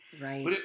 Right